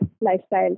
lifestyle